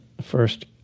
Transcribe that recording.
first